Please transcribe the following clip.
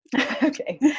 Okay